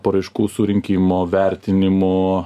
paraiškų surinkimo vertinimo